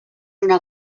una